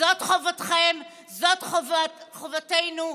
זאת חובתכם, זאת חובתנו.